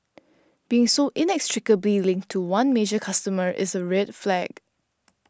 being so inextricably linked to one major customer is a red flag